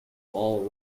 all